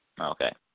okay